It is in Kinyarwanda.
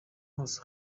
hose